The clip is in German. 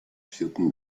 vierten